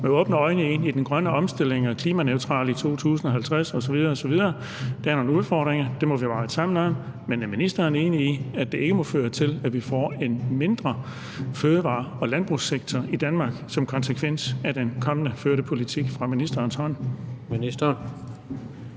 med åbne øjne ind i den grønne omstilling og målet om at være klimaneutral i 2050 osv. osv. – der er nogle udfordringer, og det må vi arbejde sammen om – men er ministeren enig i, at det ikke må føre til, at vi får en mindre fødevare- og landbrugssektor i Danmark som konsekvens af den kommende førte politik fra ministerens hånd?